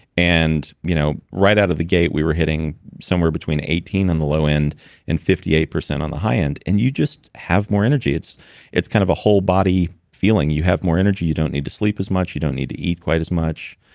and you know right out of the gate, we were hitting somewhere between eighteen on the low end and fifty eight percent on the high end, and you just have more energy. it's it's kind of a whole body feeling. you have more energy, you don't need to sleep as much, you don't need to eat quite as much.